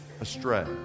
astray